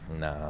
Nah